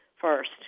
first